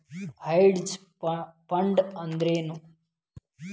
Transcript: Hedge fund ಅಂದ್ರೇನು?